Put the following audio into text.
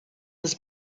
this